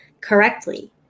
correctly